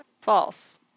false